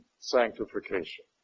sanctification